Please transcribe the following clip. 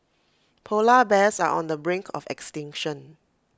Polar Bears are on the brink of extinction